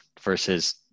versus